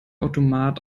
automat